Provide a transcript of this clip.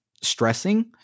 stressing